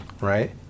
right